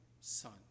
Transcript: son